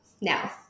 Now